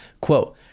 Quote